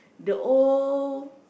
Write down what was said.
the old